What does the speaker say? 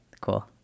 cool